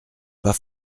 pas